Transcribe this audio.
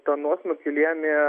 tą nuosmukį lėmė